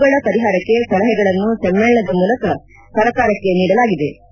ಇವುಗಳ ಪರಿಹಾರಕ್ಷೆ ಸಲಹೆಗಳನ್ನು ಸಮ್ಮೇಳನದ ಮೂಲಕ ಸರ್ಕಾರಕ್ಷೆ ನೀಡಲಾಗಿದೆ